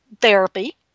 therapy